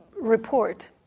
report